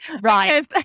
Right